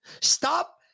Stop